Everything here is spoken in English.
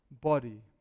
body